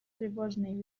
тревожные